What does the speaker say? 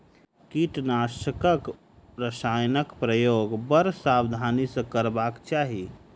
कीटनाशक रसायनक प्रयोग बड़ सावधानी सॅ करबाक चाही